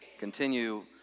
continue